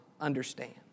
understand